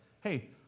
Hey